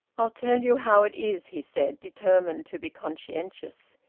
i'll tell you how it is, he said, determined to be conscientious.